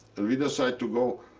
and we decide to go